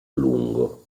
lungo